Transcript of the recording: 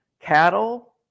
cattle